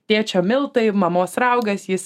tėčio miltai mamos raugas jis